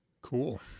Cool